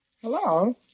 Hello